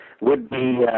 would-be